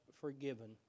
forgiven